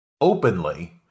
openly